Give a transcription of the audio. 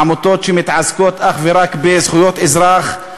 עמותות שמתעסקות אך ורק בזכויות אזרח,